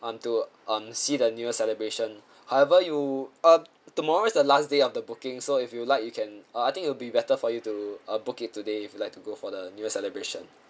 um to um see the new year celebration however you um tomorrow is the last day of the booking so if you like you can uh I think it will be better for you to uh book it today if you like to go for the new year celebration